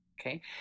okay